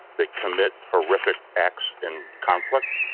they commit horrific acts in conflict.